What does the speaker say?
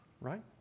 right